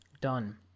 done